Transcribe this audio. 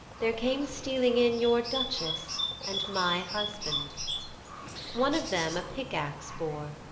there came stealing in your duchess and my husband one of them a pickaxe bore,